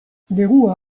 negua